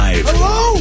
Hello